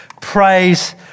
praise